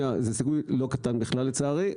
זה סיכוי לא קטן בכלל, לצערי.